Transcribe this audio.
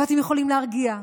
ואתם יכולים להרגיע,